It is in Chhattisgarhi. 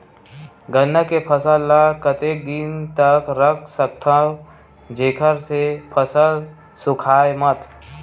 गन्ना के फसल ल कतेक दिन तक रख सकथव जेखर से फसल सूखाय मत?